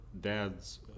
dads